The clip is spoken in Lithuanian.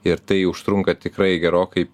ir tai užtrunka tikrai gerokai